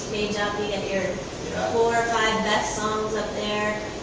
page up, you get your four or five best songs up there.